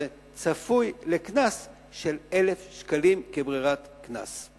צפוי לקנס של 1,000 שקלים כברירת קנס.